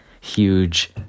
Huge